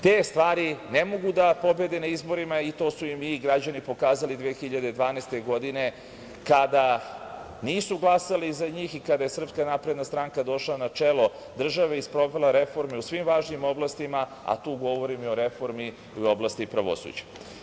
Te stvari ne mogu da pobede na izborima i to su im građani i pokazali 2012. godine, kada nisu glasali za njih i kada je Srpska napredna stranka došla na čelu države i sprovela reforme u svim važnim oblastima, a tu govorim i o reformi u oblasti pravosuđa.